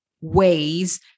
ways